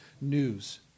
news